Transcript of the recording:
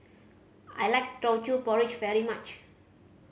I like Teochew Porridge very much